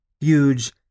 huge